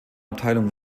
abteilung